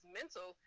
mental